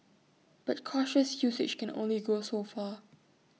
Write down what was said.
but cautious usage can only go so far